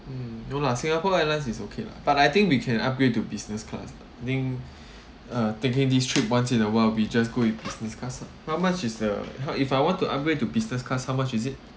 mm no lah singapore airlines is okay lah but I think we can upgrade to business class ah I think uh taking this trip once in a while we just go with business class ah how much is the how if I want to upgrade to business class how much is it